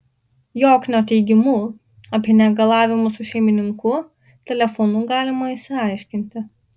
joknio teigimu apie negalavimus su šeimininku telefonu galima išsiaiškinti